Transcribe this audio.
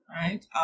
Right